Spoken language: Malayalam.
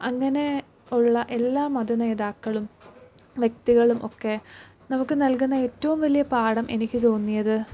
അങ്ങനെ ഉള്ള എല്ലാ മത നേതാക്കളും വ്യക്തികളും ഒക്കെ നമുക്ക് നൽകുന്ന ഏറ്റവും വലിയ പാഠം എനിക്ക് തോന്നിയത്